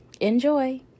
enjoy